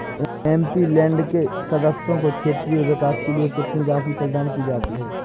MP land के सदस्यों को क्षेत्रीय विकास के लिए कितनी राशि प्रदान की जाती है?